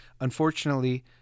unfortunately